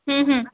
हं हं